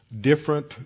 different